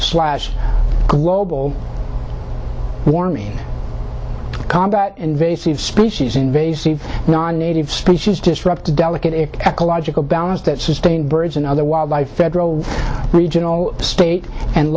slash global warming combat invasive species invasive non native species disrupt a delicate and ecological balance that sustain birds and other wildlife federal regional state and